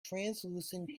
translucent